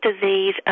disease